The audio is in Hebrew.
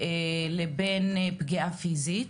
לבין פגיעה פיזית.